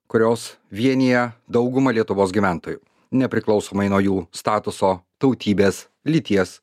kurios vienija daugumą lietuvos gyventojų nepriklausomai nuo jų statuso tautybės lyties